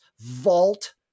vault